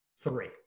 three